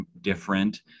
different